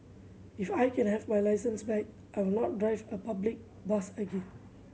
if I can have my licence back I will not drive a public bus again